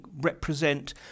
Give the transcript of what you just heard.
represent